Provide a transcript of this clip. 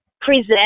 present